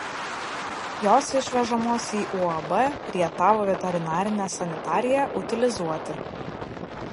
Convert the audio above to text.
jos išvežamos į uab rietavo veterinarinę sanitariją utilizuoti